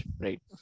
right